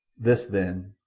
this, then,